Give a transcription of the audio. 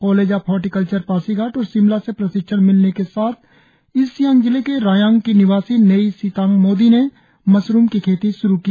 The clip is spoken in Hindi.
कॉलेज ऑफ हार्टिकल्चर पासीघाट और शिमला से प्रशिक्षण मिलने के साथ ईस्ट सियांग जिले के रायांग की निवासी नेयी सितांग मोदी ने मशरुम की खेती श्रु किया